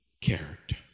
character